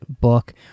book